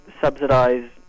subsidize